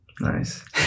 Nice